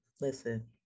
listen